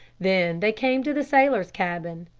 then they came to the sailors' cabin.